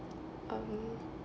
um